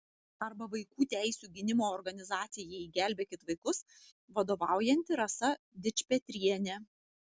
arba vaikų teisių gynimo organizacijai gelbėkit vaikus vadovaujanti rasa dičpetrienė